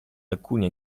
alcuni